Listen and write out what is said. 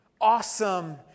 awesome